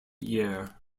year